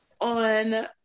on